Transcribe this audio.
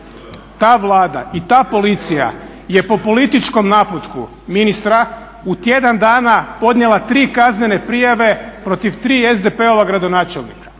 Ta Vlada i ta policija je po političkom naputku ministra u tjedan dana podnijela 3 kaznene prijave protiv 3 SDP-ova gradonačelnika,